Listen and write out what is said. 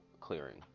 clearing